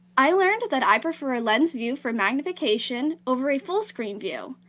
i learned that i prefer a lens view for magnification over a full screen view.